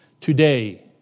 today